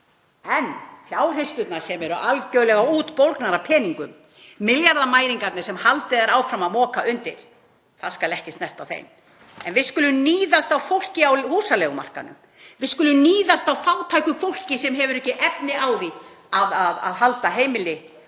En fjárhirslurnar sem eru algerlega útbólgnar af peningum, milljarðamæringarnir sem haldið er áfram að moka undir, það skal ekki snert á þeim. En við skulum níðast á fólki á húsaleigumarkaðnum, við skulum níðast á fátæku fólki sem hefur ekki efni á því að halda heimili og